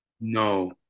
No